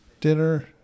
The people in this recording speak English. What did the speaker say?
dinner